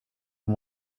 and